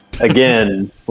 Again